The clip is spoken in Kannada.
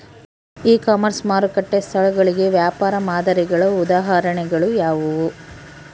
ಇ ಕಾಮರ್ಸ್ ಮಾರುಕಟ್ಟೆ ಸ್ಥಳಗಳಿಗೆ ವ್ಯಾಪಾರ ಮಾದರಿಗಳ ಉದಾಹರಣೆಗಳು ಯಾವುವು?